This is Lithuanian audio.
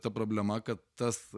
ta problema kad tas